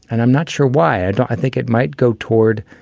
and i'm not sure why. i don't think it might go toward,